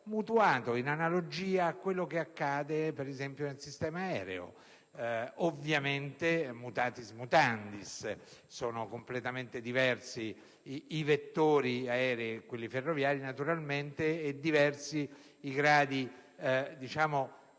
in analogia a quello che accade, per esempio, nel sistema aereo, ovviamente *mutatis mutandis* essendo completamente diversi i vettori aerei da quelli ferroviari e naturalmente diversi i gradi di